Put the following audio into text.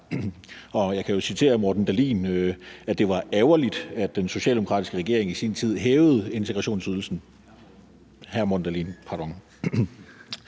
Jeg kan jo citere hr. Morten Dahlin: Det var ærgerligt, at den socialdemokratiske regering i sin tid hævede integrationsydelsen. Pardon, hr. Morten Dahlin.